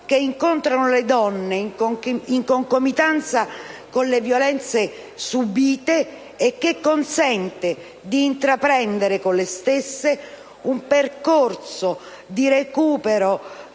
che incontrano le donne in concomitanza con le violenze subite e che consente di intraprendere con le stesse un percorso di recupero